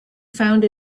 found